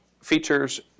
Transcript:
features